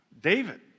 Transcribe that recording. David